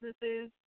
businesses